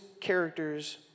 characters